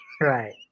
Right